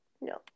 No